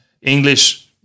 English